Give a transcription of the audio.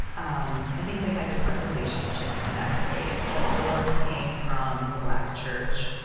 um i think they had different relationships to that faith, but they both came from the black church.